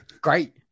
Great